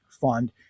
fund